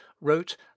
wrote